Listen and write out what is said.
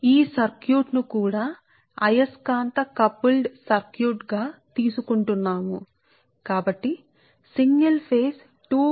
కాబట్టి ఈ సర్క్యూట్ ను కూడా మేము అయస్కాంత కపుల్డ్ సర్క్యూట్ వలె తీసుకుంటున్నాము సరైన ప్రాతినిధ్యం ఇలా ఉంటుందిఇది వాస్తవానికి మీ పటం 3